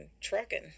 trucking